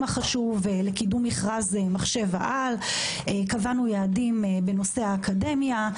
החשוב לקידום מכרז מחשב-העל וקבענו יעדים בנושא האקדמיה.